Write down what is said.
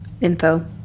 info